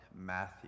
Matthew